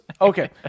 okay